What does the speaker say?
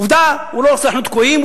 עובדה, הוא לא עושה, אנחנו תקועים.